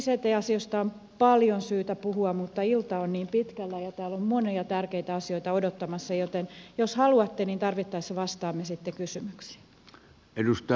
näistä ict asioista on paljon syytä puhua mutta ilta on niin pitkällä ja täällä on monia tärkeitä asioita odottamassa joten jos haluatte niin tarvittaessa vastaamme sitten kysymyksiin